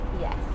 Yes